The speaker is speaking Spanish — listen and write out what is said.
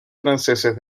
franceses